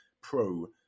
pro